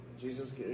jesus